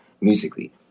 musically